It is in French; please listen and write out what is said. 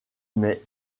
mais